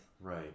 right